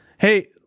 Hey